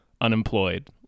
unemployed